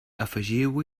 afegiu